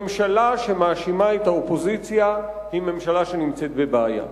ממשלה שמאשימה את האופוזיציה היא ממשלה שנמצאת בבעיה.